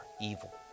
evil